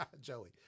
Joey